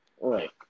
right